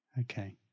Okay